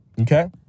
okay